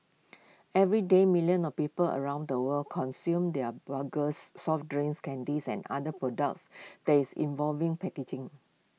everyday millions of people around the world consume their burgers soft drinks candies and other products that involving packaging